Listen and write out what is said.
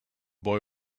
boy